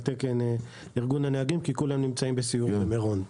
תקן ארגון הנהגים כי כולם נמצאים בסיור במירון.